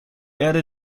erde